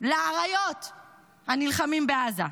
לאריות הנלחמים בעזה,